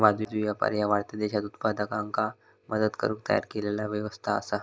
वाजवी व्यापार ह्या वाढत्या देशांत उत्पादकांका मदत करुक तयार केलेला व्यवस्था असा